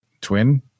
twin